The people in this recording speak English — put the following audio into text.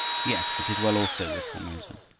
yes, it is well also with formosa.